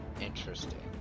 Interesting